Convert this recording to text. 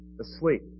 asleep